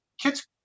kids